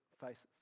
faces